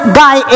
guy